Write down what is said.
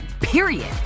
Period